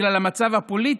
בגלל המצב הפוליטי,